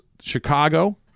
Chicago